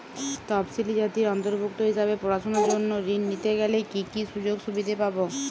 তফসিলি জাতির অন্তর্ভুক্ত হিসাবে পড়াশুনার জন্য ঋণ নিতে গেলে কী কী সুযোগ সুবিধে পাব?